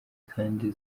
kandi